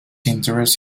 interests